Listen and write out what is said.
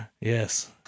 Yes